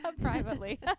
privately